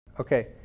Okay